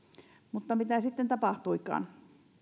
mutta mitä sitten tapahtuikaan